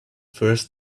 first